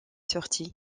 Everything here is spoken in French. sorti